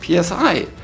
PSI